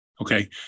okay